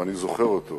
ואני זוכר אותו